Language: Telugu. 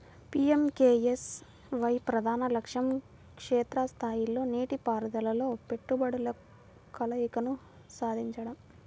పి.ఎం.కె.ఎస్.వై ప్రధాన లక్ష్యం క్షేత్ర స్థాయిలో నీటిపారుదలలో పెట్టుబడుల కలయికను సాధించడం